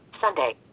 Sunday